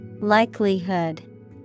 Likelihood